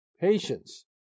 patience